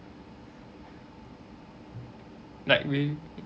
like we